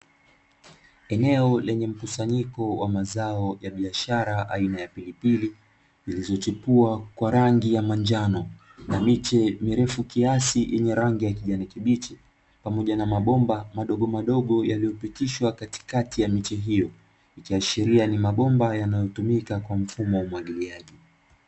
Eneo lenye mkusanyiko wa mazao ya biashara aina ya pilipili, zilizochipuwa kwa rangi ya manjano, na miche mirefu kiasi yenye rangi ya kijani kibichi, pamoja na mabombamadogo madogo yaliyopitishwa katikati ya miche hio. Ikiashiria ni mabomba yanayotumika kwa mfumo wa umwagiliaji.